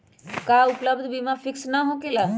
का उपलब्ध बीमा फिक्स न होकेला?